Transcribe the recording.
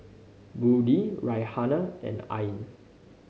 Budi Raihana and Ain